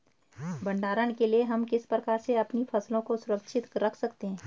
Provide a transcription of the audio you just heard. भंडारण के लिए हम किस प्रकार से अपनी फसलों को सुरक्षित रख सकते हैं?